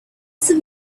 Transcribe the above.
some